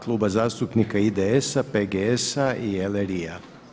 Kluba zastupnika IDS-a, PGS-a i LRI.